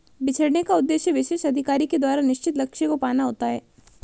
बिछड़ने का उद्देश्य विशेष अधिकारी के द्वारा निश्चित लक्ष्य को पाना होता है